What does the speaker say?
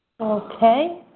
Okay